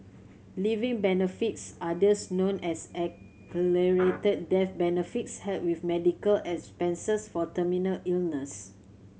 living benefits others known as accelerated death benefits help with medical expenses for terminal illness